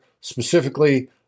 specifically